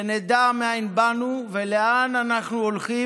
שנדע מאין באנו ולאן אנחנו הולכים